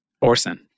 Orson